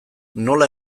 nola